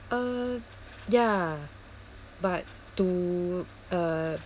uh ya but to uh